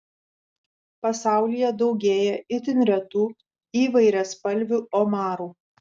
pasaulyje daugėja itin retų įvairiaspalvių omarų